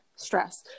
stress